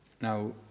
Now